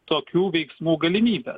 tokių veiksmų galimybę